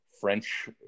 French